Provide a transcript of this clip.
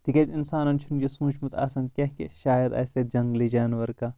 تِکیازِ اِنسانن چُھنہِ یہِ سونٛچمُت آسان کینٛہہ کہِ شاید آسہِ تتہِ جنٛگلی جانور کانٛہہ